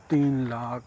تین لاکھ